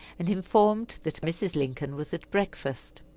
and informed that mrs. lincoln was at breakfast.